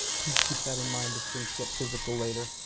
please keep that in mind if things get physical later.